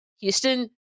Houston